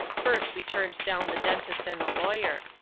first, we turned down the dentist and the lawyer.